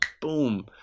Boom